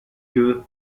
que